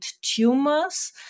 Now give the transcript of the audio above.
tumors